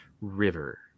river